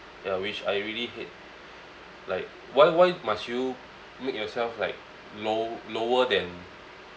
ya which I really hate like why why must you make yourself like low lower than